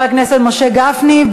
חבר הכנסת משה גפני,